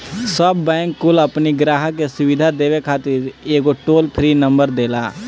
सब बैंक कुल अपनी ग्राहक के सुविधा देवे खातिर एगो टोल फ्री नंबर देला